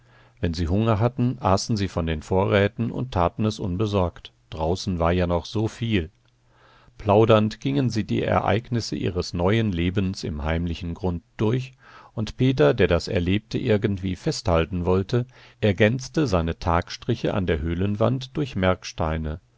wenn sie hunger hatten aßen sie von den vorräten und taten es unbesorgt draußen war ja noch so viel plaudernd gingen sie die ereignisse ihres neuen lebens im heimlichen grund durch und peter der das erlebte irgendwie festhalten wollte ergänzte seine tagstriche an der höhlenwand durch